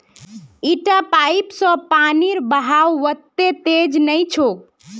इटा पाइप स पानीर बहाव वत्ते तेज नइ छोक